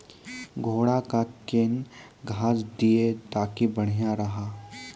घोड़ा का केन घास दिए ताकि बढ़िया रहा?